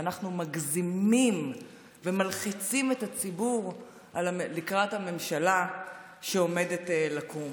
מגזימים ומלחיצים את הציבור לקראת הממשלה שעומדת לקום.